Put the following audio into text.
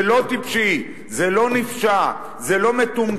זה לא טיפשי, זה לא נפשע, זה לא מטומטם.